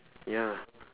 ya